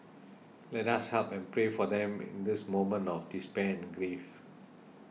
let us help and pray for them in this moment of despair and grief